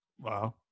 wow